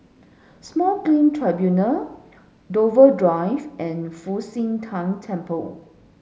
Small Claim Tribunals Dover Drive and Fu Xi Tang Temple